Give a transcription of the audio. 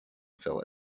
villa